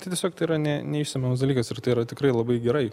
tai tiesiog tai yra ne neišsemiamas dalykas ir tai yra tikrai labai gerai